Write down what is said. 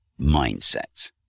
mindset